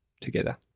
together